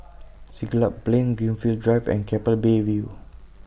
Siglap Plain Greenfield Drive and Keppel Bay View